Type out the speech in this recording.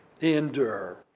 endure